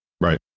Right